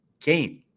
game